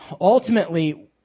Ultimately